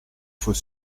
faut